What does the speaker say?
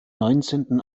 neunzehnten